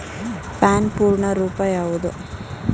PAN ಪೂರ್ಣ ರೂಪ ಯಾವುದು?